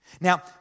Now